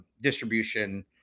distribution